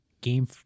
Game